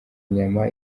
inyama